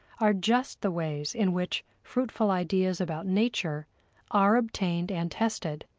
are just the ways in which fruitful ideas about nature are obtained and tested.